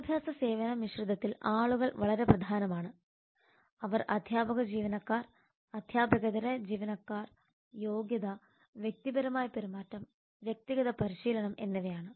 വിദ്യാഭ്യാസ സേവന മിശ്രിതത്തിൽ ആളുകൾ വളരെ പ്രധാനമാണ് അവർ അധ്യാപക ജീവനക്കാർ അധ്യാപകേതര ജീവനക്കാർ യോഗ്യത വ്യക്തിപരമായ പെരുമാറ്റം വ്യക്തിഗത പരിശീലനം എന്നിവയാണ്